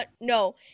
No